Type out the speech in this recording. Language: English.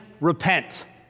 repent